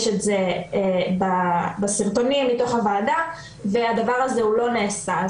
יש את זה בסרטונים מתוך הוועדה והדבר הזה לא נעשה.